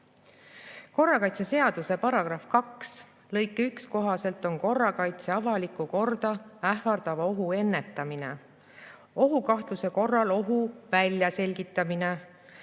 Korrakaitseseaduse § 2 lõike 1 kohaselt on korrakaitse avalikku korda ähvardava ohu ennetamine, ohu kahtluse korral ohu väljaselgitamine,